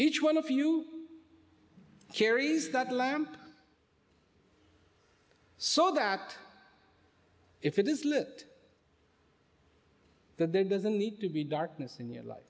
each one of you carries that lamp so that if it is lit that there doesn't need to be darkness in your life